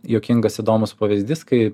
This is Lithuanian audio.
juokingas įdomus pavyzdys kai